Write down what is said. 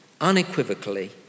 unequivocally